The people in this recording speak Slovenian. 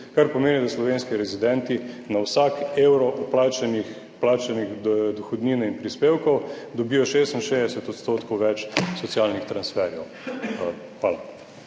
kar pomeni, da slovenski rezidenti na vsak evro plačanih, plačanih do dohodnine in prispevkov dobijo 66 odstotkov več socialnih transferjev. Hvala.